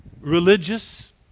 religious